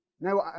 Now